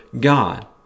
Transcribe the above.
God